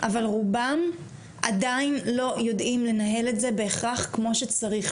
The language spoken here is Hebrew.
אבל רובם עדיין לא יודעים לנהל את זה בהכרח כמו שצריך.